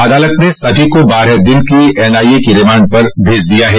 अदालत ने सभी को बारह दिन की एनआईए की रिमांड पर भेज दिया है